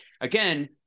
Again